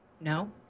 No